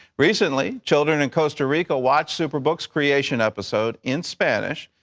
recently, children in costa rica watched superbook's creation episode in spanish.